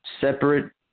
separate